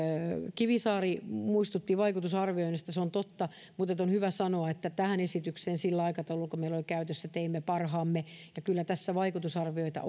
kivisaari muistutti vaikutusarvioinnista se on totta mutta on hyvä sanoa että tässä esityksessä sillä aikataululla mikä meillä oli käytössä teimme parhaamme ja kyllä tässä vaikutusarvioita